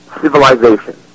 civilization